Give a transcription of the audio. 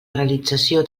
realització